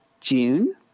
June